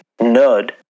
nerd